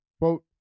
quote